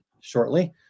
shortly